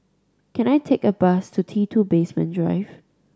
can I take a bus to T Two Basement Drive